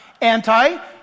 Anti